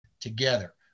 together